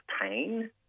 pain